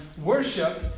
worship